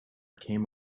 came